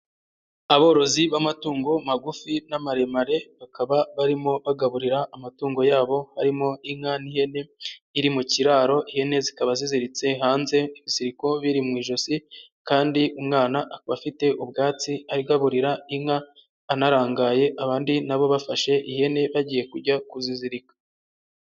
Aborozi b'amatungo magufi n'amaremare, bakaba barimo bagaburira amatungo yabo, harimo inka n'ihene iri mu kiraro, ihene zikaba ziziritse hanze, ibiziriko biri mu ijosi kandi umwana akaba afite ubwatsi agaburira inka anarangaye, abandi na bo bafashe ihene bagiye kujya kuzizirika.